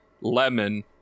lemon